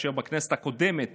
כאשר בכנסת הקודמת